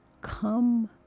come